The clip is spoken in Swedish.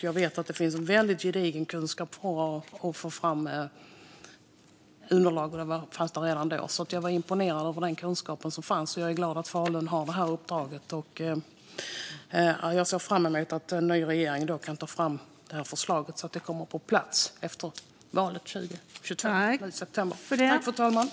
Jag vet att det finns väldigt gedigen kunskap där för att ta fram underlag, och det fanns det redan då. Jag blev imponerad av den kunskap som finns, och jag är glad att Falun har det här uppdraget. Jag ser fram emot att en ny regering tar fram det här förslaget så att det kommer på plats efter valet i september 2022.